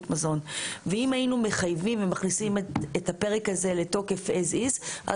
נטפל בזה היום